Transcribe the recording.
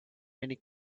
many